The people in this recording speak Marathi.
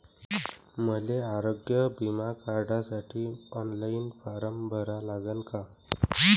मले आरोग्य बिमा काढासाठी ऑनलाईन फारम भरा लागन का?